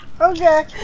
okay